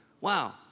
Wow